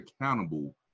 accountable